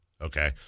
Okay